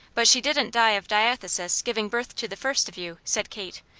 but she didn't die of diathesis giving birth to the first of you, said kate.